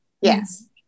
Yes